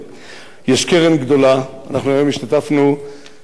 אנחנו היום השתתפנו בכנס של קרן קיימת לישראל.